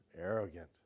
arrogant